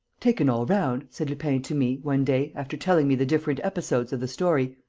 taken all round, said lupin to me, one day, after telling me the different episodes of the story,